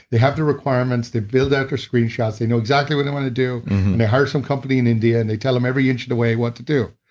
they have the requirements to build out their screenshots, they know exactly what they want to do, and they hired some company in india and they tell them every inch of the way what to do.